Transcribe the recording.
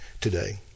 today